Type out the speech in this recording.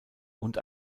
und